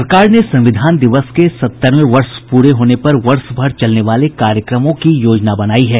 सरकार ने संविधान दिवस के सत्तरवें वर्ष पूरे होने पर वर्ष भर चलने वाले कार्यक्रमों की योजना बनाई है